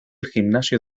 gimnasio